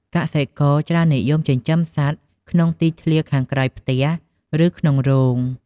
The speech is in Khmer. កសិករច្រើននិយមចិញ្ចឹមសត្វក្នុងទីធ្លាខាងក្រោយផ្ទះ ឬក្នុងរោង។